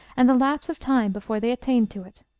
and the lapse of time before they attained to it.